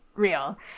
real